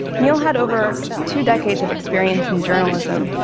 neal had over two decades of experience in journalism,